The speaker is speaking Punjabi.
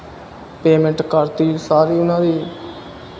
ਪੇਮੈਂਟ ਕਰਤੀ ਸਾਰੀ ਉਹਨਾਂ ਦੀ